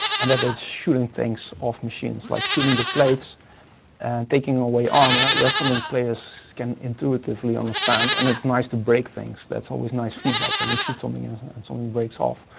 and that is shooting things off machines, like shooting the plates and taking away armor. that's something players can intuitively understand and it's nice to break things. that's always nice feedback when you shoot something else and and something breaks off.